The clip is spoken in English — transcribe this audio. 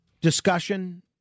discussion